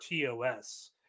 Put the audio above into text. TOS